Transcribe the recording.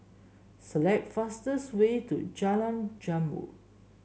select fastest way to Jalan Zamrud